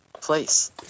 place